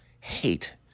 hate